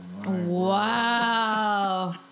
Wow